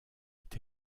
est